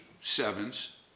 sevens